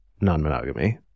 non-monogamy